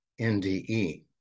NDE